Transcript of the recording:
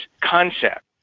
concept